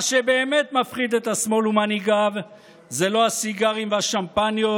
מה שבאמת מפחיד את השמאל ומנהיגיו זה לא הסיגרים והשמפניות,